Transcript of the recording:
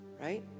right